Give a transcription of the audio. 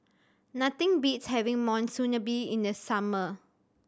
nothing beats having Monsunabe in the summer